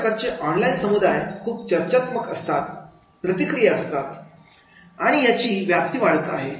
अशा प्रकारचे ऑनलाईन समुदाय खूप चर्चात्मक असतात प्रतिक्रिया असतात आणि याची व्याप्ती वाढत आहे